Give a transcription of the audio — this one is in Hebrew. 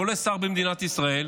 ועולה שר במדינת ישראל,